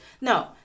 no